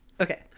Okay